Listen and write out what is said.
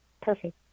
perfect